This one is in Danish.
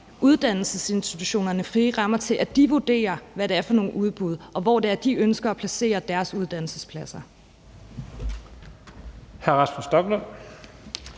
uddannelsesinstitutionerne frie rammer til, at de vurderer, hvad det er for nogle udbud, og hvor de ønsker at placere deres uddannelsespladser.